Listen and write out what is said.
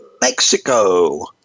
Mexico